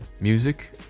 Music